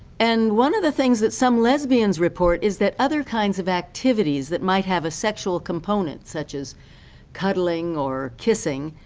and one of the things that some lesbians report is that other kinds of activities that might have a sexual component, such as cuddling or kissing,